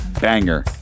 banger